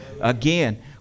again